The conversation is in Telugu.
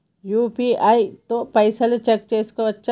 యూ.పీ.ఐ తో పైసల్ చెక్ చేసుకోవచ్చా?